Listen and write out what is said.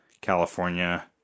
California